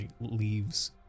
leaves